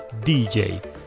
DJ